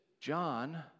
John